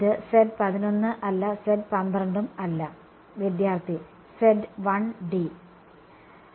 ഇത് Z 1 1 അല്ല Z 1 2 ഉo അല്ല